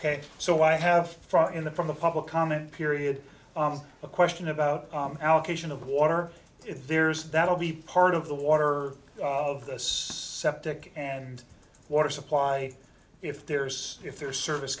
ok so i have from the from the public comment period on a question about allocation of water there's that will be part of the water of this septic and water supply if there's if there service